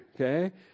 Okay